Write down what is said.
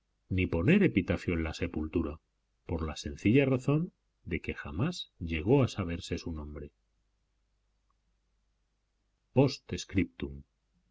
ni poner epitafio en la sepultura por la sencilla razón de que jamás llegó a saberse su nombre